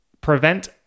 prevent